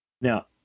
Now